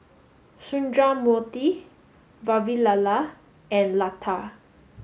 Sundramoorthy Vavilala and Lata